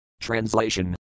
Translation